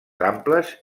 amples